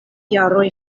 jaroj